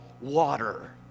water